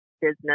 business